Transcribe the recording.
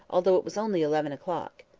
although it was only eleven o'clock.